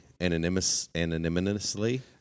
anonymously